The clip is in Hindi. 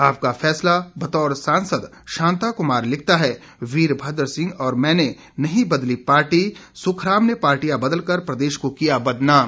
आपका फैसला बतौर सांसद शांता कुमार लिखता है वीरमद्र सिंह और मैने नहीं बदली पार्टी सुखराम ने पार्टियां बदलकर प्रदेश को किया बदनाम